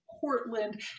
Portland